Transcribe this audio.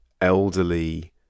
elderly